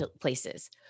places